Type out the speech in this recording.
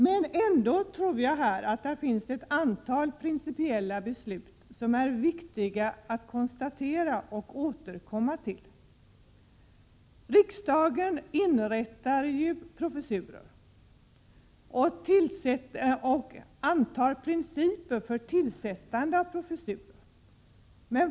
Men jag tror i alla fall att det finns ett antal principiella beslut som det är viktigt att återkomma till. Riksdagen inrättar ju professurer och antar principer för tillsättande av professurer.